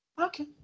Okay